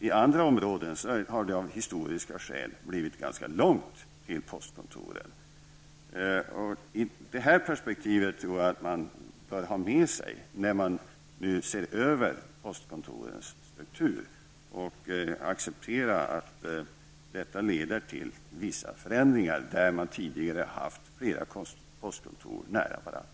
I andra områden har det av historiska skäl blivit ganska långt till postkontoren. Det här perspektivet tror jag att man bör ha när man nu ser över postkontorens struktur. Man bör acceptera att detta leder till vissa förändringar i områden där det tidigare har legat flera postkontor nära varandra.